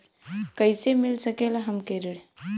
कइसे मिल सकेला हमके ऋण?